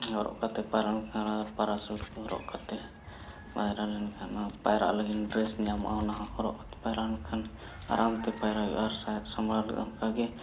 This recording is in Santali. ᱦᱚᱨᱚᱜ ᱠᱟᱛᱮᱫ ᱯᱟᱭᱨᱟ ᱞᱮᱱᱠᱷᱟᱱ ᱟᱨ ᱯᱮᱨᱟᱥᱩᱴ ᱠᱚ ᱦᱚᱨᱚᱜ ᱠᱟᱛᱮ ᱯᱟᱭᱨᱟ ᱞᱮᱱᱠᱷᱟᱱ ᱯᱟᱭᱨᱟᱜ ᱞᱟᱹᱜᱤᱫ ᱰᱨᱮᱥ ᱧᱟᱢᱚᱜᱼᱟ ᱚᱱᱟ ᱦᱚᱸ ᱦᱚᱨᱚᱜ ᱠᱟᱛᱮ ᱯᱟᱭᱨᱟ ᱞᱮᱱᱠᱷᱟᱱ ᱟᱨᱟᱢ ᱛᱮ ᱯᱟᱭᱨᱟ ᱦᱩᱭᱩᱜᱼᱟ ᱟᱨ ᱥᱟᱦᱮᱫ ᱥᱟᱢᱲᱟᱣ ᱞᱟᱹᱜᱤᱫ ᱚᱱᱠᱟᱜᱮ